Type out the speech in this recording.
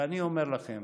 ואני אומר לכם